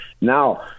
Now